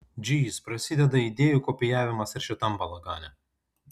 džyz prasideda idėjų kopijavimas ir šitam balagane